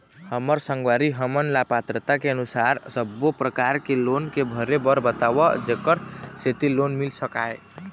हमर संगवारी हमन ला पात्रता के अनुसार सब्बो प्रकार के लोन के भरे बर बताव जेकर सेंथी लोन मिल सकाए?